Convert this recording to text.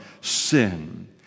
sin